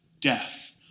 death